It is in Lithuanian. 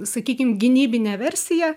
sakykim gynybinę versiją